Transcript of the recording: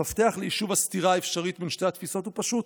המפתח ליישוב הסתירה האפשרית בין שתי התפיסות הוא פשוט,